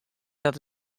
dat